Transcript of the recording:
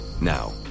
Now